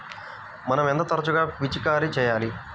మనం ఎంత తరచుగా పిచికారీ చేయాలి?